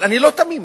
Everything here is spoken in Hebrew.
אבל אני לא תמים,